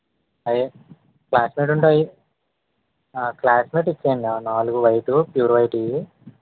అవే classmate అంటే అవే classmate ఇచ్చేయండి నాలుగు వైట్ ప్యూర్ వైట్వి